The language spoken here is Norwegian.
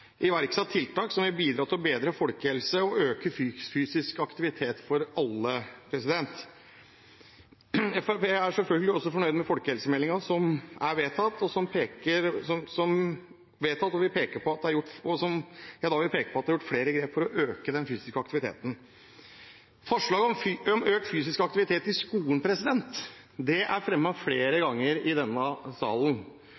iverksette tiltak som vil bidra til å bedre folkehelsen og øke den fysiske aktiviteten for alle. Fremskrittspartiet er selvfølgelig også fornøyd med de vedtak som er blitt gjort i forbindelse med folkehelsemeldingen, og jeg vil peke på at det er gjort flere grep for å øke den fysiske aktiviteten. Forslaget om økt fysisk aktivitet i skolen er fremmet flere ganger i denne salen. Fremskrittspartiet fremmet bl.a. det samme forslaget i 2012, men da la man inn en